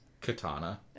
Katana